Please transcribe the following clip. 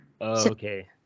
Okay